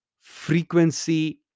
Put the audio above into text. frequency